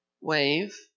wave